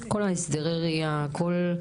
כל הסדרי הראייה, כל.